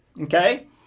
okay